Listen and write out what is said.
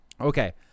Okay